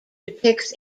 depicts